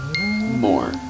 more